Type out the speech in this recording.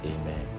Amen